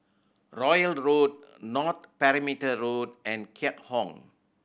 Royal Road North Perimeter Road and Keat Hong